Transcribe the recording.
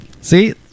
see